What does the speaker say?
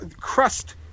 crust